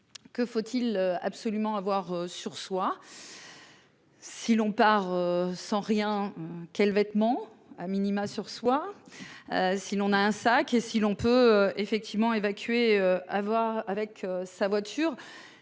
Que faut-il absolument avoir sur soi. Si l'on part sans rien. Quels vêtements a minima sur soi. Si l'on a un sac et si l'on peut effectivement évacué à voir avec sa voiture.